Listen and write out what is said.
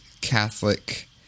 Catholic